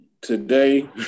Today